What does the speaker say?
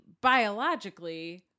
biologically